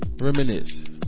Reminisce